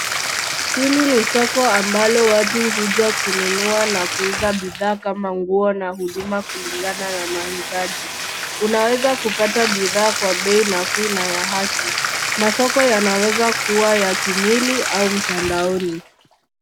Hili ni soko ambalo watu huja kununua na kuuza bidhaa kama nguo na huduma kulingana na mahitaji. Unaweza kupata bidhaa kwa bei nafuu na ya haki. Masoko yanaweza kuwa ya kimwili au mtandaoni.